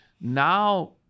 now